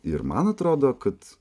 ir man atrodo kad